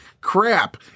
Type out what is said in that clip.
crap